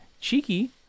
cheeky